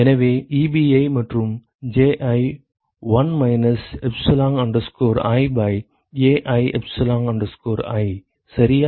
எனவே Ebi மற்றும் Ji 1 minus epsilon i by Ai epsilon i சரியா